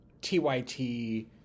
TYT